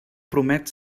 promet